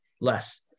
less